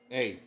Hey